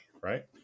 Right